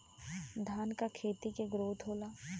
धान का खेती के ग्रोथ होला?